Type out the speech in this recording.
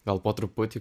gal po truputį